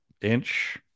inch